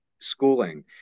schooling